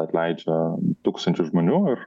atleidžia tūkstančius žmonių ir